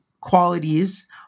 qualities